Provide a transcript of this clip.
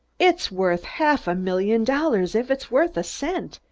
it's worth half a million dollars if it's worth a cent!